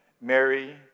Mary